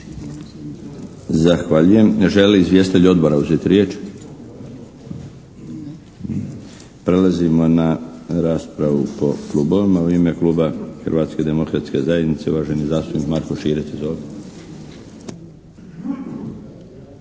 Zahvaljujem. Želi li izvjestitelj odbora uzeti riječ? Prelazimo na raspravu po klubovima. U ime kluba Hrvatske demokratske zajednice uvaženi zastupnik Marko Širac, izvolite.